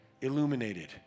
illuminated